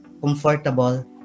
comfortable